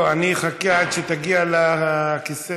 לא, אני אחכה עד שתגיע לכיסא.